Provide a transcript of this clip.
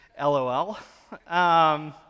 LOL